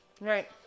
Right